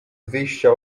wyjścia